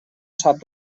sap